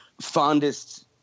fondest